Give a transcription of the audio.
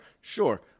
sure